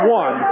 one